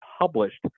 published